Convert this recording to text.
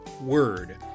word